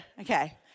okay